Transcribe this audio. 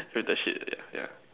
with the sheep yeah yeah